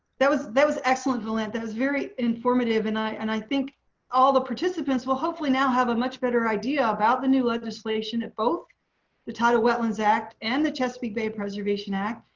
that was, that was excellent, v'lent. that was very informative and i and i think all the participants will hopefully now have a much better idea about the new legislation at the tidal wetlands act and the chesapeake bay preservation act.